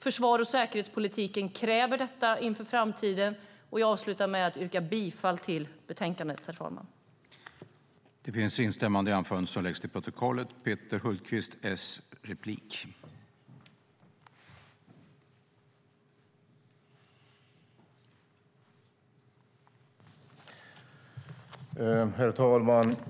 Försvars och säkerhetspolitiken kräver detta inför framtiden. Jag avslutar med att yrka bifall till förslaget i betänkandet, herr talman. I detta anförande instämde Anders Hansson och Abdirizak Waberi .